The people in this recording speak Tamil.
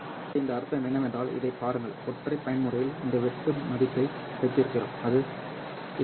இப்போது இதன் அர்த்தம் என்னவென்றால் இதைப் பாருங்கள் ஒற்றை பயன்முறையில் இந்த வெட்டு மதிப்பை வைத்திருக்கிறோம் அது 2